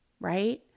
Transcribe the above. right